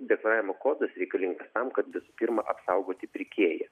deklaravimo kodas reikalingas tam kad visų pirma apsaugoti pirkėją